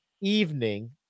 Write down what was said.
evening